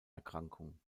erkrankung